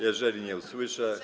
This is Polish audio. Jeżeli nie usłyszę.